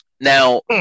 now